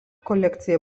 kolekcija